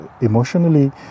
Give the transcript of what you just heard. emotionally